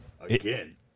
Again